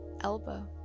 elbow